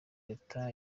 leta